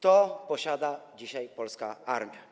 To posiada dzisiaj polska armia.